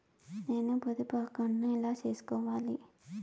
నేను పొదుపు అకౌంటు ను ఎలా సేసుకోవాలి?